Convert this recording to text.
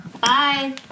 Bye